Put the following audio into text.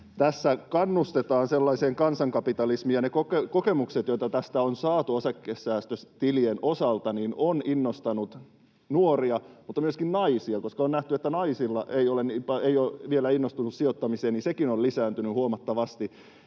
kannustetaan sellaiseen kansankapitalismiin, ja ne kokemukset, joita tästä on saatu osakesäästötilien osalta, ovat innostaneet nuoria mutta myöskin naisia: on nähty, että naiset eivät ole vielä innostuneet sijoittamisesta, ja sekin on lisääntynyt huomattavasti.